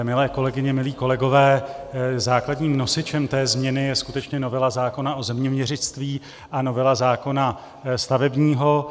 Milé kolegyně, milí kolegové, základním nosičem té změny je skutečně novela zákona o zeměměřictví a novela zákona stavebního.